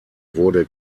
wurde